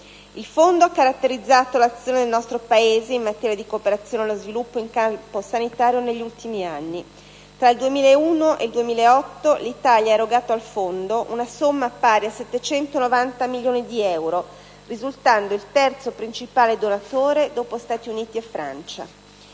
Il Fondo ha caratterizzato l'azione del nostro Paese in materia di cooperazione allo sviluppo in campo sanitario negli ultimi anni. Tra il 2001 e il 2008 l'Italia ha erogato al Fondo una somma pari a 790 milioni di euro, risultando il terzo principale donatore dopo Stati Uniti e Francia.